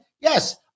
Yes